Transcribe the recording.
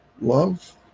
love